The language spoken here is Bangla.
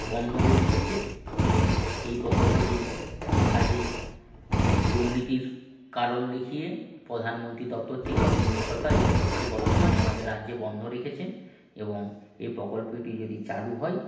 বন্ধ হয়ে গিয়েছে এই প্রকল্পটির একাধিক দুর্নীতির কারণ দেখিয়ে প্রধানমন্তী দপ্তর থেকে বা কেন্দ্র সরকার এই প্রকল্পটি বর্তমানে আমাদের রাজ্যে বন্ধ রেখেছেন এবং এই প্রকল্পটি যদি চালু হয়